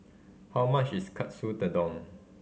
how much is Katsu Tedon